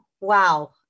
Wow